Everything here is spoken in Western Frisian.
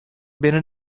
binne